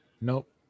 Nope